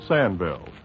Sandville